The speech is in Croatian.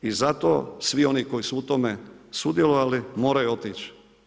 I zato svi oni koji su u tome sudjelovali moraju otići.